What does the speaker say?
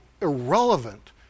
irrelevant